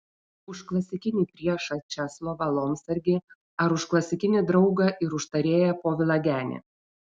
už klasinį priešą česlovą lomsargį ar už klasinį draugą ir užtarėją povilą genį